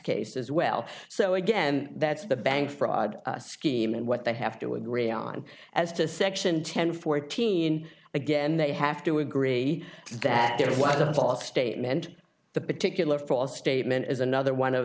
case as well so again that's the bank fraud scheme and what they have to agree on as to section ten fourteen again they have to agree that there was a false statement the particular false statement is another one of